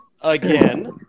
again